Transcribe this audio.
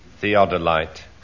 Theodolite